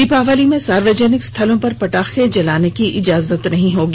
दीपावली में सार्वजनिक स्थलों पर पटाखे जलाने की इजाजत नहीं होगी